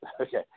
Okay